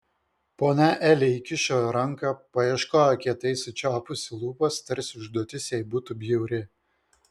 ponia eli įkišo ranką paieškojo kietai sučiaupusi lūpas tarsi užduotis jai būtų bjauri